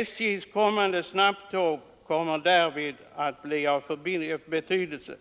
SJ:s kommande snabbtåg kommer därvid att bli av betydelse.